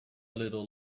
little